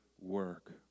work